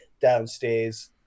downstairs